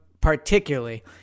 particularly